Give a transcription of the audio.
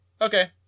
Okay